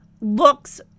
looks